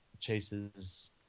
chases